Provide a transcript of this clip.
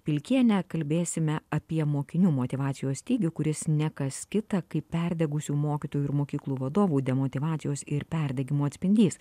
pilkienė kalbėsime apie mokinių motyvacijos stygių kuris ne kas kita kaip perdegusių mokytojų ir mokyklų vadovų demotyvacijos ir perdegimo atspindys